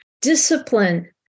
discipline